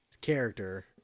character